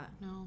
No